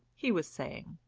he was saying.